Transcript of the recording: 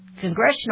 Congressional